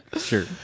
sure